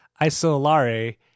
Isolare